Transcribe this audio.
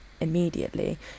immediately